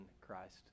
Christ